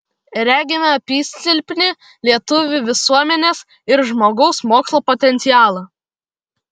regime apysilpnį lietuvių visuomenės ir žmogaus mokslo potencialą